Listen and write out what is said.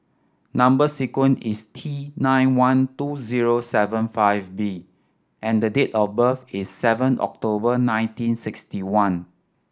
number sequence is T nine one two zero seven five B and the date of birth is seven October nineteen sixty one